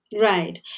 Right